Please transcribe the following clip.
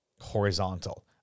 horizontal